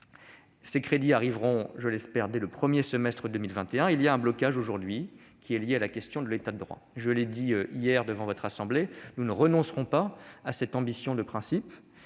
Ces crédits arriveront, je l'espère, dès le premier semestre 2021. Il y a aujourd'hui un blocage, qui est lié à la question de l'État de droit. Comme je l'ai dit hier devant la Haute Assemblée, nous ne renoncerons pas à cette ambition de principe,